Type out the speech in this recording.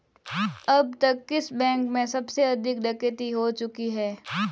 अब तक किस बैंक में सबसे अधिक डकैती हो चुकी है?